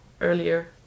earlier